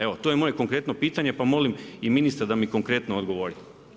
Evo to je moje konkretno pitanje, pa molim i ministra da mi konkretno odgovori.